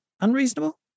unreasonable